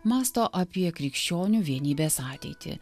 mąsto apie krikščionių vienybės ateitį